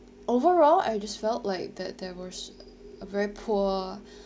overall I just felt like that there was a very poor